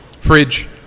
Fridge